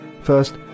First